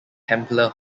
templar